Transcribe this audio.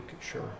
Sure